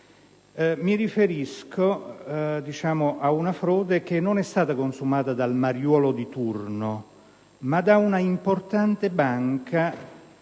Mi riferisco ad una frode che non è stata consumata dal mariuolo di turno, ma da un'importante banca